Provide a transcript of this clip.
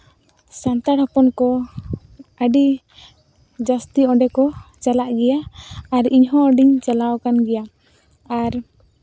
ᱥᱟᱱᱛᱟᱲ ᱦᱚᱯᱚᱱ ᱠᱚ ᱟᱹᱰᱤ ᱡᱟᱹᱥᱛᱤ ᱚᱸᱰᱮ ᱠᱚ ᱪᱟᱞᱟᱜ ᱜᱮᱭᱟ ᱟᱨ ᱤᱧᱦᱚᱸ ᱚᱸᱰᱮᱧ ᱪᱟᱞᱟᱣ ᱟᱠᱟᱱ ᱜᱮᱭᱟ ᱟᱨ